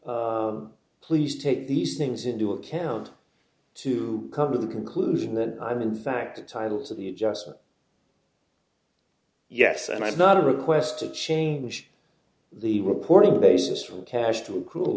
please take these things into account to come to the conclusion that i'm in fact titles of the adjustment yes and i'm not a request to change the reporting basis from cash to cool